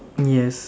yes